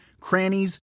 crannies